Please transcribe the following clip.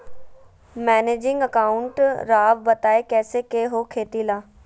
Managing account राव बताएं कैसे के हो खेती ला?